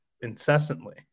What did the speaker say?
incessantly